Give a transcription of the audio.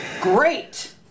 Great